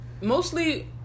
mostly